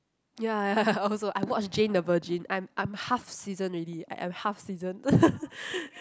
ya I also I watched Jane the Virgin I'm I'm half season already I'm half season